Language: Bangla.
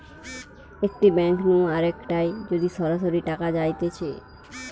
একটি ব্যাঙ্ক নু আরেকটায় যদি সরাসরি টাকা যাইতেছে